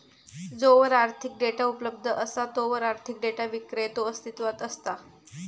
जोवर आर्थिक डेटा उपलब्ध असा तोवर आर्थिक डेटा विक्रेतो अस्तित्वात असता